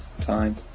time